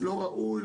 לא ראוי,